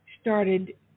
started